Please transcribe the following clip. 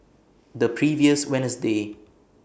The previous Wednesday